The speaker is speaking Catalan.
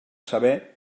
saber